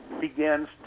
begins